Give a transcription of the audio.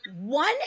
one